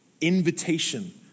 invitation